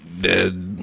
Dead